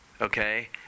okay